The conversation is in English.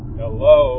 hello